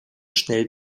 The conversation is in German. schnell